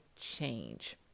change